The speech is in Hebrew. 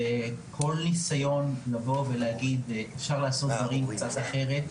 אפשר לעשות דברים קצת אחרת.